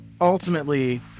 ultimately